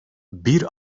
bir